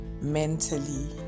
mentally